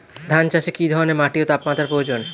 ধান চাষে কী ধরনের মাটি ও তাপমাত্রার প্রয়োজন?